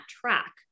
track